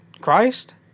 Christ